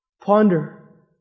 ponder